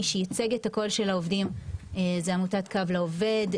מי שייצג את הקול של העובדים זו עמותת קו לעובד,